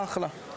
אחלה.